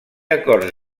acords